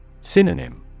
Synonym